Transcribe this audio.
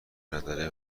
نداره